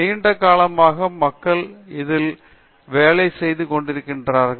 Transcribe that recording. நீண்ட காலமாக மக்கள் இதில் வேலை செய்து கொண்டிருக்கிறார்கள்